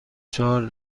چهار